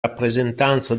rappresentanza